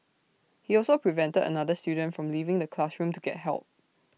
he also prevented another student from leaving the classroom to get help